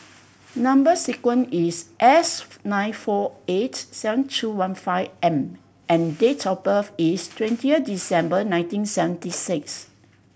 number sequence is S nine four eight seven two one five M and date of birth is twentieth December nineteen seventy six